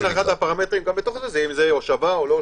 לכן אחד הפרמטרים אם זה הושבה או לא.